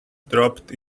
dropped